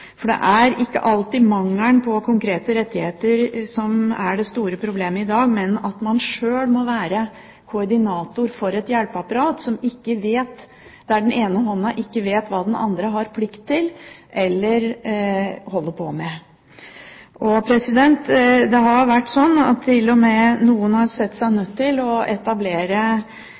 for det er ikke alltid mangelen på konkrete rettigheter som er det store problemet i dag, men at man sjøl må være koordinator for et hjelpeapparat, der den ene hånda ikke vet hva den andre har plikt til eller holder på med. Det har til og med vært sånn at noen har sett seg nødt til å etablere